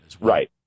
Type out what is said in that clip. Right